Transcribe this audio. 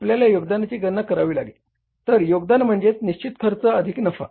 आपल्याला योगदानाची गणना करावी लागेल तर योगदान म्हणजे निश्चित खर्च अधिक नफा